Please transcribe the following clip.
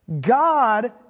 God